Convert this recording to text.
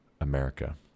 America